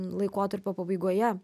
laikotarpio pabaigoje